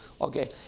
Okay